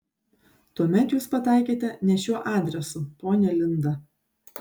tuomet jūs pataikėte ne šiuo adresu ponia linda